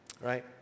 Right